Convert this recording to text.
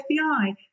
FBI